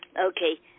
Okay